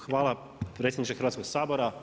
Hvala predsjedniče Hrvatskog sabora.